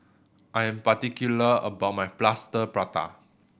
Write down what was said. I am particular about my Plaster Prata